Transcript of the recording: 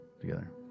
together